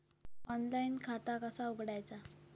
Online खाता कसा उघडायचा?